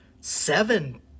seven